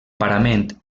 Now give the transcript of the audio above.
parament